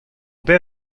père